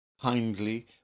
kindly